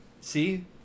See